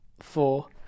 four